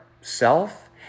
self